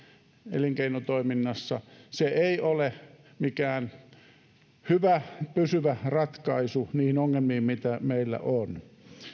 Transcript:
elinkeinotoiminnassa se ei ole mikään hyvä pysyvä ratkaisu niihin ongelmiin joita meillä on